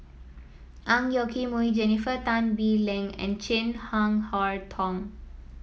Ang Yoke Mooi Jennifer Tan Bee Leng and Chin Harn Tong